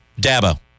Dabo